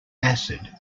acid